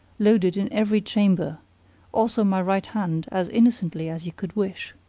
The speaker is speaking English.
loaded in every chamber also my right hand, as innocently as you could wish.